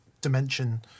dimension